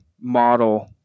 model